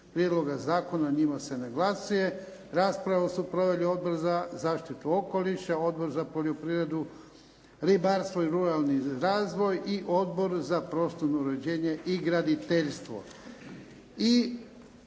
prijedloga zakona. O njima se ne glasuje. Raspravu su proveli Odbor za zaštitu okoliša, Odbor za poljoprivredu, ribarstvo i ruralni razvoj i Odbor za prostorno uređenje i graditeljstvo.